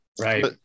Right